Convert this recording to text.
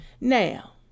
Now